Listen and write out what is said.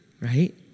right